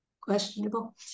questionable